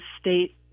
state